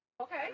Okay